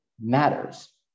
matters